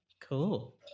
Cool